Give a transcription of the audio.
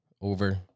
over